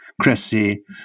Cressy